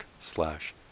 slash